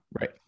right